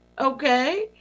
Okay